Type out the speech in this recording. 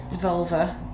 Vulva